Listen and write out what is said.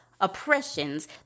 oppressions